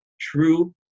true